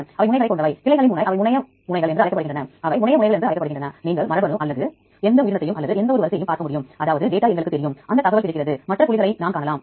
எனவே விரிவுரைகள் கூறப்பட்டுள்ளபடி லியூஸின் மிக உயர்ந்தது மற்றும் ட்ரிப்டோபான் மிக குறைவு என்பதை நீங்கள் காணலாம்